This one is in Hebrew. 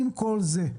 עם כל זה,